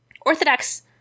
Orthodox